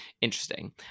Interesting